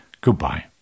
goodbye